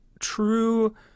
true